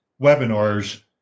webinars